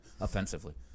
offensively